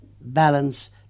balance